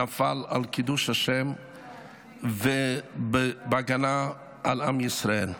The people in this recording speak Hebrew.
נפל על קידוש השם בהגנה על עם ישראל.